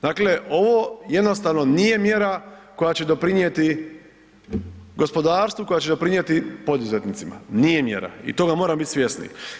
Dakle, ovo jednostavno nije mjera koja će doprinijeti gospodarstvu, koja će doprinijeti poduzetnicima, nije mjera i toga moramo biti svjesni.